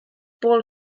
paul